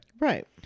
Right